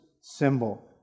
symbol